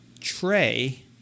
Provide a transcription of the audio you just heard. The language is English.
tray